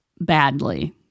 badly